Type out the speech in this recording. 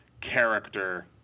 character